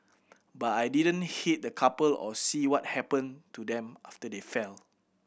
but I didn't hit the couple or see what happened to them after they fell